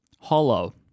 hollow